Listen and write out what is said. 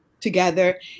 together